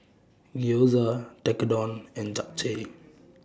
Gyoza Tekkadon and Japchae